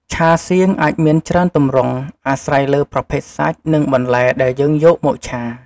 ឆាសៀងអាចមានច្រើនទម្រង់ អាស្រ័យលើប្រភេទសាច់ និងបន្លែដែលយើងយកមកឆា។